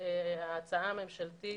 ההצעה הממשלתית